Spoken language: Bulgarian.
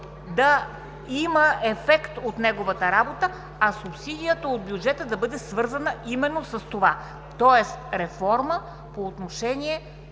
да има ефект от неговата работа, а субсидията от бюджета да бъде свързана именно с това. Тоест, реформа по отношение